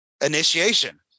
initiation